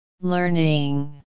learning